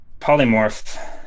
polymorph